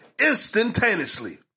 instantaneously